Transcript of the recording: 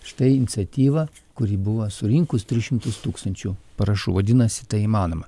štai iniciatyva kuri buvo surinkus tris šimtus tūkstančių parašų vadinasi tai įmanoma